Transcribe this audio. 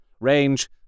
Range